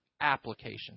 application